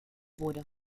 wurde